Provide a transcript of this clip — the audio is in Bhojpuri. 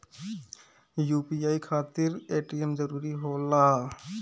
यू.पी.आई खातिर ए.टी.एम जरूरी होला?